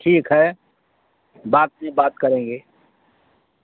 ठीक है बाद में बात करेंगे